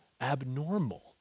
abnormal